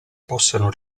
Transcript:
possano